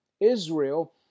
Israel